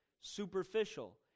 superficial